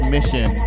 Mission